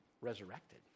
resurrected